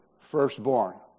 firstborn